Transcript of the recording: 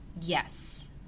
Yes